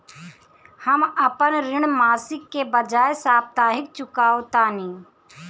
हम अपन ऋण मासिक के बजाय साप्ताहिक चुकावतानी